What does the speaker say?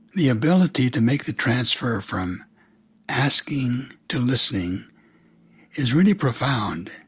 the ability to make the transfer from asking to listening is really profound.